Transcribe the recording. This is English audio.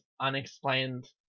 unexplained